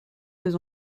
deux